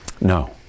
no